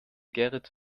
gerrit